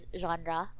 genre